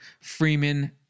Freeman